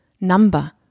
number